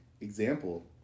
example